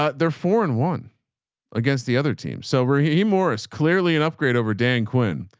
ah their foreign one against the other team. so where he morris clearly an upgrade over dan quinn.